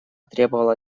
требовала